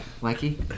Mikey